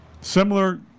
similar